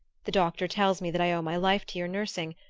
the doctor tells me that i owe my life to your nursing,